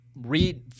read